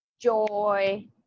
joy